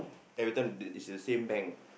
every time this is the same bank